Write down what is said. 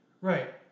Right